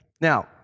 Now